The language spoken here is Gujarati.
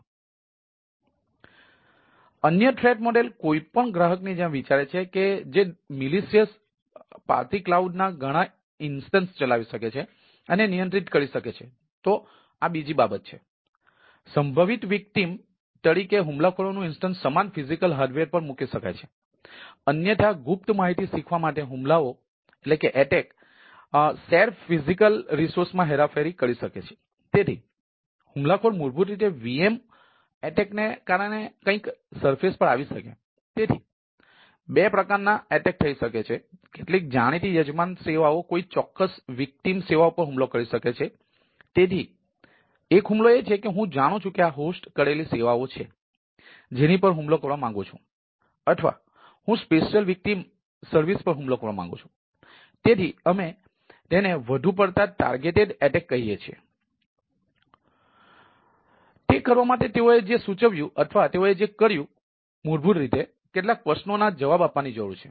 તેથી અન્ય થ્રેટ મોડેલો કહીએ છીએ તેથી તે કરવા માટે તેઓએ જે સૂચવ્યું અથવા તેઓએ જે કર્યું મૂળભૂત રીતે કેટલાક પ્રશ્નોના જવાબ આપવાની જરૂર છે